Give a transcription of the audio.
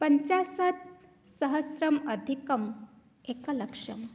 पञ्चाशतसहस्रमधिकमेकलक्षम्